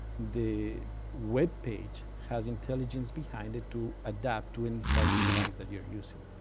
the web page has intelligence behind it to adapt to any size of device that you're using.